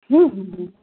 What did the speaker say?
हूँ हूँ हूँ